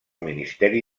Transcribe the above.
ministeri